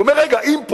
הוא אומר: רגע, אם פה,